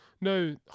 No